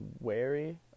wary